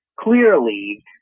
Clearly